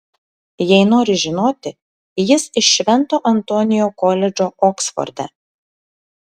jei nori žinoti jis iš švento antonio koledžo oksforde